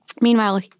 Meanwhile